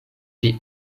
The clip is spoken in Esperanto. pri